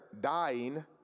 dying